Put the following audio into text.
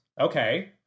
Okay